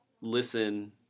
listen –